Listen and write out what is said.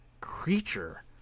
creature